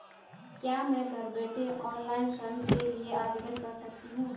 क्या मैं घर बैठे ऑनलाइन ऋण के लिए आवेदन कर सकती हूँ?